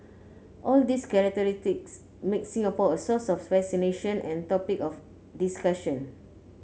all these characteristics make Singapore a source of fascination and topic of discussion